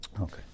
Okay